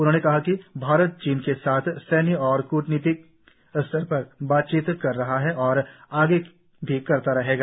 उन्होंने कहा कि भारत चीन के साथ सैन्य और कूटनीतिक स्तर पर बातचीत कर रहा है और आगे भी करता रहेगा